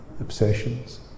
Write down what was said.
obsessions